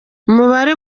umubare